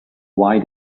why